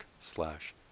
slash